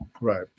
Right